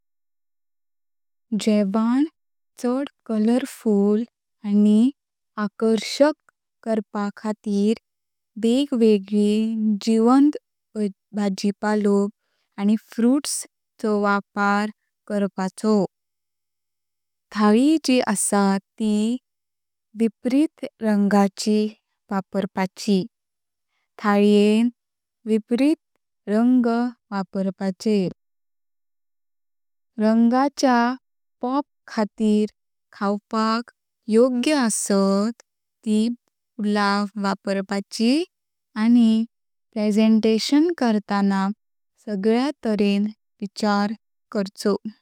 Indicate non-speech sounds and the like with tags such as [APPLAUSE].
जेवान चड कलरफुल आनी आकर्षक करपा खातीर वेगवेगळी जीवन्त [HESITATION] भाजिपालो आनी फ्रूट्स चो वापर करपाचो। थाळी जी असा त विपरीत रंगाची वापरपाची। थाळ्येंन विपरीत रंग वापर्चे। रंगाच्या पॉप खातीर खवपाक योग्य असत त फूल वापर्ची आनी प्रेझेंटेशन करता सगळ्या तऱ्हें विचार करचो।